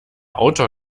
autor